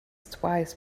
twice